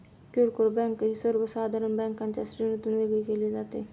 किरकोळ बँक ही सर्वसाधारण बँकांच्या श्रेणीतून वेगळी केली जाते